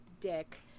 dick